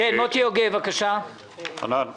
חנן פריצקי,